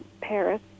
Paris